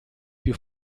più